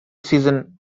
season